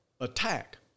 attack